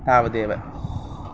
तावदेव